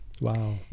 wow